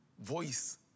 voice